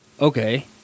Okay